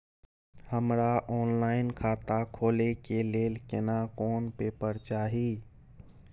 हमरा ऑनलाइन खाता खोले के लेल केना कोन पेपर चाही?